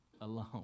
alone